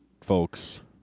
folks